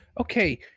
Okay